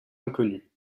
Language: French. inconnue